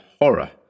horror